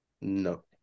No